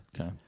Okay